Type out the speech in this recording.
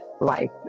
life